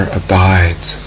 abides